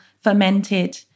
fermented